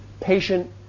patient